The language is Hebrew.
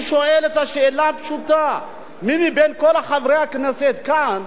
אני שואל את השאלה הפשוטה: מי מכל חברי הכנסת כאן,